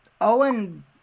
Owen